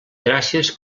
gràcies